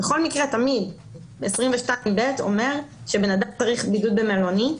בכל מקרה תמיד 22ב אומר שאדם צריך בידוד במלונית,